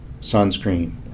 sunscreen